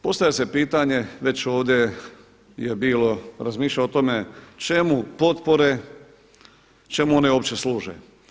Postavlja se pitanje već ovdje je bilo razmišljanja o tome čemu potpore, čemu one uopće služe?